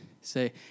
Say